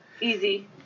Easy